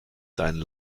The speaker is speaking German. seinen